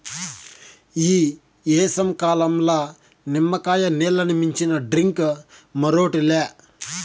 ఈ ఏసంకాలంల నిమ్మకాయ నీల్లని మించిన డ్రింక్ మరోటి లే